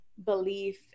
belief